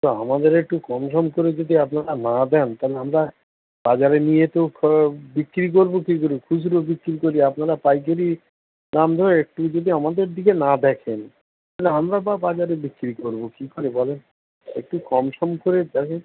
তা আমাদের একটু কম সম করে যদি আপনারা না দেন তাহলে আমরা বাজারে নিয়ে তো খ বিক্রি করবো কী করে খুচরো বিক্রি করি আপনারা পাইকিরি দাম ধরে একটু যদি আমাদের দিকে না দেখেন তালে আমরা বা বাজারে বিক্রি করবো কী করে বলেন একটু কম সম করে যাই হোক